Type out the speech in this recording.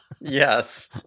Yes